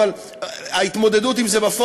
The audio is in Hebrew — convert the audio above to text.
אבל ההתמודדות עם זה בפועל,